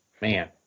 man